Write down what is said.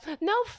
No